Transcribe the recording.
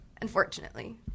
Unfortunately